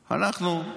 אנחנו,